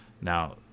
Now